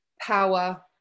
power